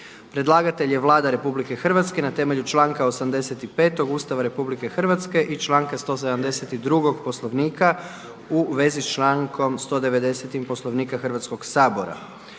Predlagatelj je Vlada RH na temelju članka 85. Ustava RH i članka 172. Poslovnika u vezi s člankom 190. Poslovnika Hrvatskog sabora.